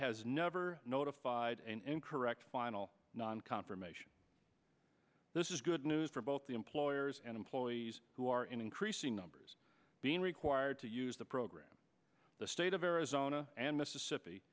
has never notified an incorrect final non confirmation this is good news for both the employers and employees who are in increasing numbers being required to use the program the state of arizona and mississippi